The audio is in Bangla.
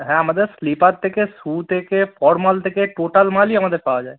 হ্যাঁ আমাদের স্লিপার থেকে শ্যু থেকে ফরমাল থেকে টোটাল মালই আমাদের পাওয়া যায়